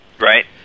Right